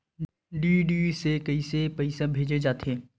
DD से कइसे पईसा भेजे जाथे?